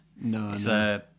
No